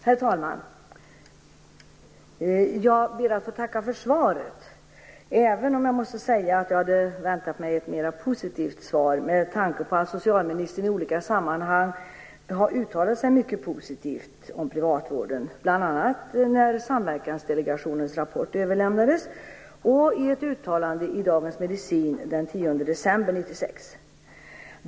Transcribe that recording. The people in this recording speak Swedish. Herr talman! Jag ber att få tacka för svaret, även om jag måste säga att jag hade väntat mig ett mera positivt svar med tanke på att socialministern i olika sammanhang uttalat sig mycket positivt om privatvården, bl.a. när Samverkansdelegationens rapport överlämnades och i ett uttalande i Dagens Medicin den 10 december 1996.